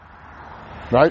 right